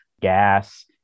gas